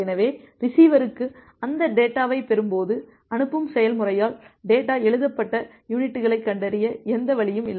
எனவே ரிசீவருக்கு அந்தத் டேட்டாவைப் பெறும் போது அனுப்பும் செயல்முறையால் டேட்டா எழுதப்பட்ட யுனிட்களைக் கண்டறிய எந்த வழியும் இல்லை